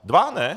Dva, ne?